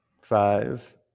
Five